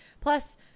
Plus